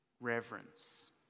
reverence